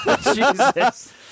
Jesus